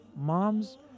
moms